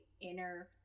inner